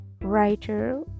writer